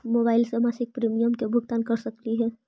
Mobile से मासिक premium के भुगतान कर सकली हे?